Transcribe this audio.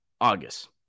August